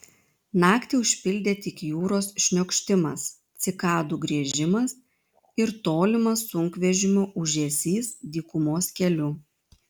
naktį užpildė tik jūros šniokštimas cikadų griežimas ir tolimas sunkvežimio ūžesys dykumos keliu